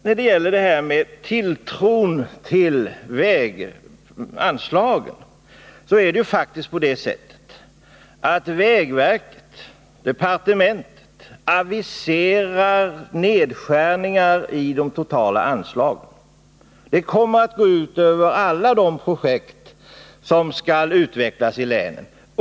När det gäller tilltron till väganslaget är det faktiskt på det sättet att vägverket och departementet aviserar nedskärningar i de totala anslagen. Det kommer att gå ut över alla de projekt som skall utvecklas i länen.